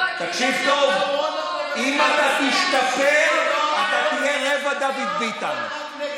תקשיב טוב: אם אתה תשתפר אתה תהיה רבע דוד ביטן.